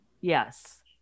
Yes